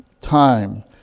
time